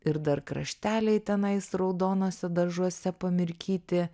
ir dar krašteliai tenais raudonuose dažuose pamirkyti